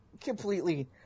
completely